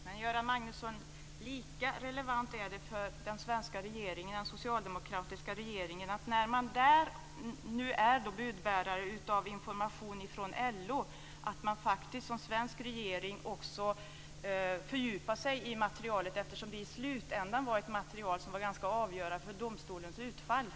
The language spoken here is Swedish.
Fru talman! Lika relevant är att den svenska socialdemokratiska regeringen, när man är budbärare av information från LO, fördjupar sig i materialet. I slutändan var det ett material som var ganska avgörande för utfallet i domstolen.